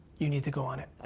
you need to go on it.